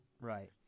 Right